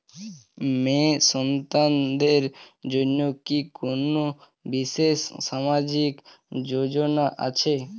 মেয়ে সন্তানদের জন্য কি কোন বিশেষ সামাজিক যোজনা আছে?